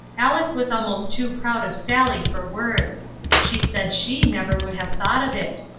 aleck was almost too proud of sally for words she said she never would have thought of it.